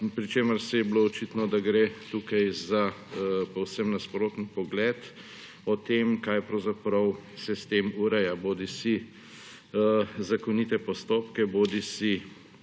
pri čemer je bilo očitno, da gre tukaj za povsem nasproten pogled o tem, kaj se s tem ureja, bodisi zakonite postopke bodisi